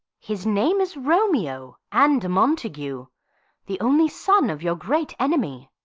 his name is romeo, and a montague the only son of your great enemy.